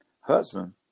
Hudson